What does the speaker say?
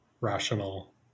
rational